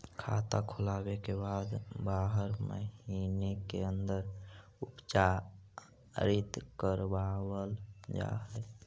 खाता खोले के बाद बारह महिने के अंदर उपचारित करवावल जा है?